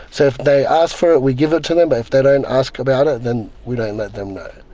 so if they ask for it, we give it to them, but if they don't ask about it then we don't let them know.